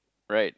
right